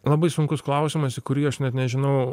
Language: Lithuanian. labai sunkus klausimas į kurį aš net nežinau